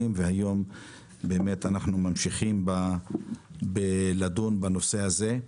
והיום אנחנו ממשיכים לדון בנושא הזה.